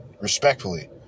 Respectfully